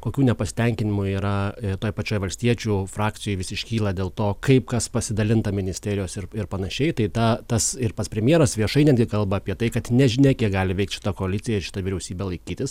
kokių nepasitenkinimų yra toj pačioj valstiečių frakcijoj vis iškyla dėl to kaip kas pasidalinta ministerijos ir panašiai tai tą tas ir pats premjeras viešai netgi kalba apie tai kad nežinia kiek gali veikt šita koalicija ir šita vyriausybė laikytis